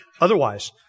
otherwise